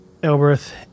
Elberth